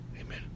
Amen